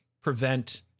prevent